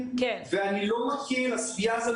ואני לא מכיר את הסוגיה הזאת.